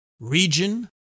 region